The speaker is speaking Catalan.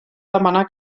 demanar